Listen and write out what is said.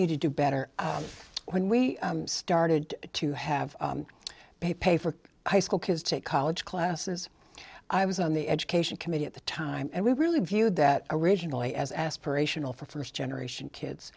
need to do better when we started to have pay for high school kids to college classes i was on the education committee at the time and we really viewed that originally as aspirational for first generation kids